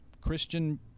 Christian